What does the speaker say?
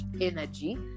energy